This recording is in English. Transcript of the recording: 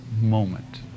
moment